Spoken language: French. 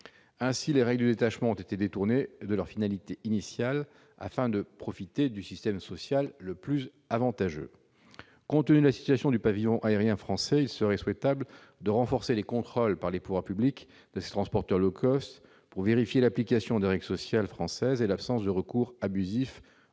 Ainsi, les règles du détachement ont été détournées de leur finalité initiale afin de profiter du système social le plus avantageux. Compte tenu de la situation du pavillon aérien français, il serait souhaitable de renforcer les contrôles par les pouvoirs publics de ces transporteurs pour vérifier l'application des règles sociales françaises et l'absence de recours abusif au